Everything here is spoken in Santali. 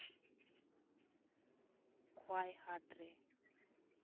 ᱠᱷᱳᱣᱟᱭ ᱦᱟᱴ ᱨᱮ